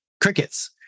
crickets